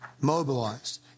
Mobilized